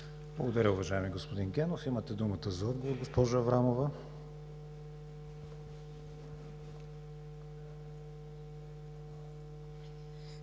Благодаря, уважаеми господин Генов. Имате думата за отговор, госпожо Аврамова.